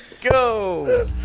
go